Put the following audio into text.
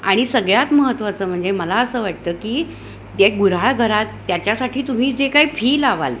आणि सगळ्यात महत्त्वाचं म्हणजे मला असं वाटतं की त्या गुऱ्हाळघरात त्याच्यासाठी तुम्ही जे काय फी लावाल